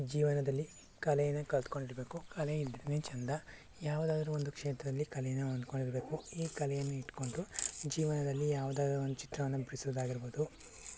ಜೀವನದಲ್ಲಿ ಕಲೆನ ಕಲ್ತ್ಕೊಂಡಿರ್ಬೇಕು ಕಲೆ ಇದ್ರೆ ಚೆಂದ ಯಾವ್ದಾದ್ರು ಒಂದು ಕ್ಷೇತ್ರದಲ್ಲಿ ಕಲೆನ ಹೊಂದ್ಕೊಂಡಿರ್ಬೇಕು ಈ ಕಲೆಯನ್ನು ಇಟ್ಕೊಂಡು ಜೀವನದಲ್ಲಿ ಯಾವ್ದಾದ್ರು ಒಂದು ಚಿತ್ರವನ್ನು ಬಿಡಿಸೊದಾಗಿರ್ಬೋದು